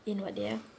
in what day ah